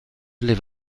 live